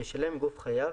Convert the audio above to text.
ישלם גוף חייב,